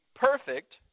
Perfect